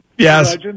Yes